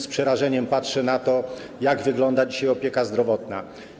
Z przerażeniem patrzę na to, jak wygląda dzisiaj opieka zdrowotna.